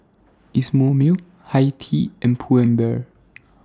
Isomil Hi Tea and Pull and Bear